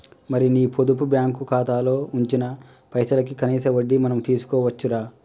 మరి నీ పొదుపు బ్యాంకు ఖాతాలో ఉంచిన పైసలకి కనీస వడ్డీ మనం తీసుకోవచ్చు రా